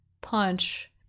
punch